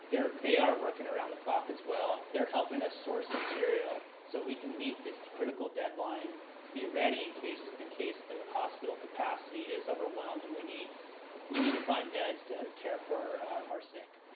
they are working around the clock as well. they're helping us source material so we can meet this critical deadline to be ready in case in case the hospital capacity is overwhelmed and we need we need to find beds to care for our sick.